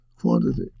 quantity